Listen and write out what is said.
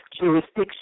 jurisdiction